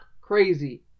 crazy